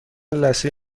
لثه